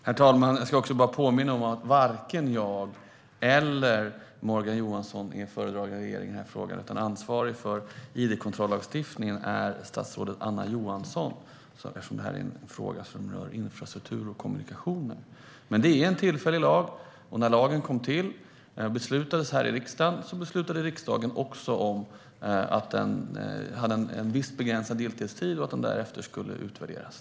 Herr talman! Jag vill påminna om att varken jag eller Morgan Johansson är föredragande i regeringen i den här frågan. Ansvarig för id-kontrollagstiftningen är statsrådet Anna Johansson eftersom det är en fråga som rör infrastruktur och kommunikationer. Det är en tillfällig lag. När lagen kom till och det beslutades om den här i riksdagen beslutade riksdagen också att den ska ha begränsad giltighetstid och att den därefter ska utvärderas.